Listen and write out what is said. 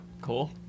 Cool